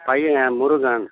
பையங்க முருகன்